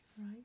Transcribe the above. right